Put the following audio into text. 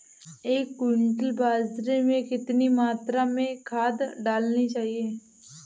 एक क्विंटल बाजरे में कितनी मात्रा में खाद डालनी चाहिए?